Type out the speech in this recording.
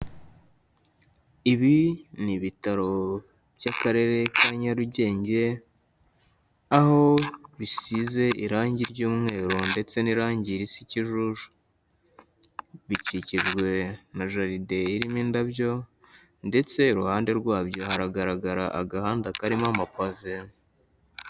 Ibi ni ibitaro by'Akarere ka Nyarugenge aho bisize irange ry'umweru ndetse n'irange risa ikijuju, bikikijwe na jaride irimo indabyo ndetse iruhande rwabyo haragaragara agahanda karimo amapave.